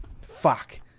Fuck